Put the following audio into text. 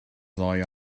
ddoe